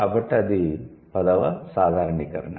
కాబట్టి అది పదవ సాధారణీకరణ